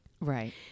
right